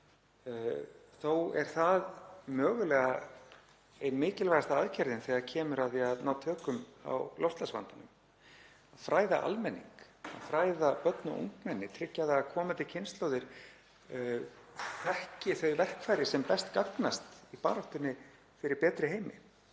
Þó er það mögulega ein mikilvægasta aðgerðin þegar kemur að því að ná tökum á loftslagsvandanum, að fræða almenning, fræða börn og ungmenni og tryggja að komandi kynslóðir þekki þau verkfæri sem best gagnast í baráttunni fyrir betri heimi.